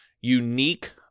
unique